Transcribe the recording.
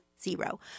zero